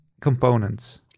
components